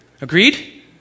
Agreed